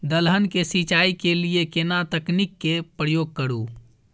दलहन के सिंचाई के लिए केना तकनीक के प्रयोग करू?